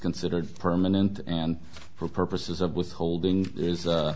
considered permanent and for purposes of withholding is